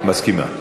מסכימה.